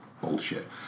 bullshit